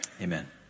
Amen